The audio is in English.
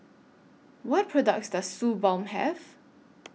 What products Does Suu Balm Have